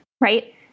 right